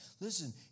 Listen